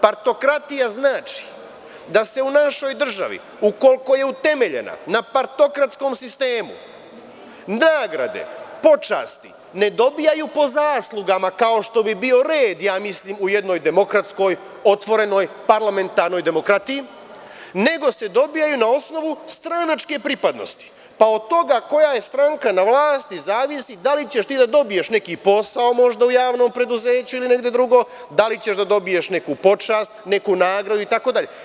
Partokratija znači da se u našoj državi, ukoliko je utemeljena na partokratskom sistemu, nagrade, počasti ne dobijaju po zaslugama, kao što bi bio red, ja mislim, u jednoj demokratskoj, otvorenoj, parlamentarnoj demokratiji, nego se dobijaju na osnovu stranačke pripadnosti, pa od toga koja je stranka na vlasti zavisi da li ćeš ti da dobiješ neki posao možda u javnom preduzeću ili negde drugde, da li ćeš da dobiješ neku počast, neku nagradu itd.